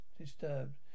disturbed